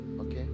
okay